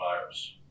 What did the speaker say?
virus